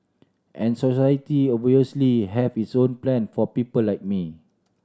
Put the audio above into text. and society obviously have its own plan for people like me